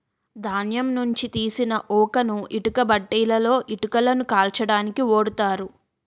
ధాన్యం నుంచి తీసిన ఊకను ఇటుక బట్టీలలో ఇటుకలను కాల్చడానికి ఓడుతారు